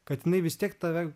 kad jinai vis tiek tave